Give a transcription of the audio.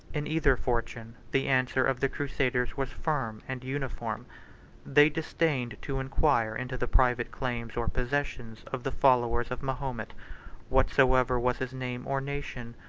in either fortune, the answer of the crusaders was firm and uniform they disdained to inquire into the private claims or possessions of the followers of mahomet whatsoever was his name or nation,